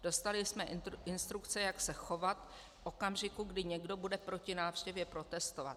Dostali jsme instrukce, jak se chovat v okamžiku, kdy někdo bude proti návštěvě protestovat.